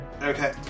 Okay